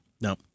No